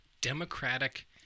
Democratic